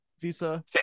visa